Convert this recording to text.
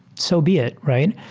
so be it, right?